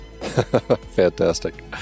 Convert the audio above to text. Fantastic